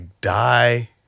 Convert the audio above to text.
die